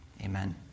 Amen